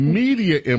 media